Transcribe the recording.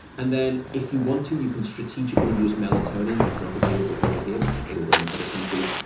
and then, if you want to, you can strategically use melatonin. it's not available over here, but it's available in other countries.